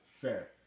Fair